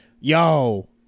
Yo